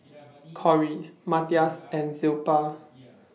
Kory Matias and Zilpah